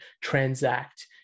transact